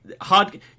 hard